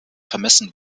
vermessen